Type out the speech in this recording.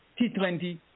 T20